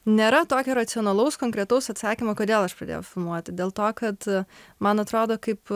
nėra tokio racionalaus konkretaus atsakymo kodėl aš pradėjau filmuoti dėl to kad man atrodo kaip